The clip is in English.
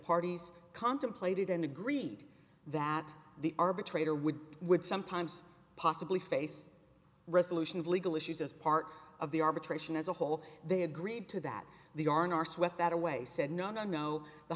parties contemplated and agreed that the arbitrator would would sometimes possibly face resolution of legal issues as part of the arbitration as a whole they agreed to that the are in our sweat that away said no no